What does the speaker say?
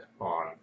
on